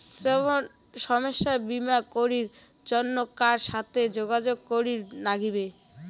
স্বাস্থ্য বিমা করির জন্যে কার সাথে যোগাযোগ করির নাগিবে?